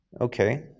Okay